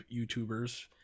YouTubers